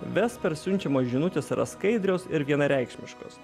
vesper siunčiamos žinutės yra skaidrios ir vienareikšmiškos